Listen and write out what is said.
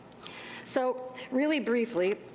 so really briefly,